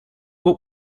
what